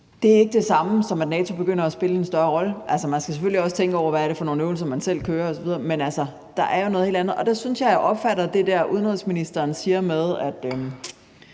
er til stede, og at NATO begynder at spille en større rolle. Altså, man skal selvfølgelig også tænke over, hvad det er for nogle øvelser, man selv kører osv., men der er jo noget helt andet, og der synes jeg faktisk, at jeg opfatter det der, udenrigsministeren siger, med, at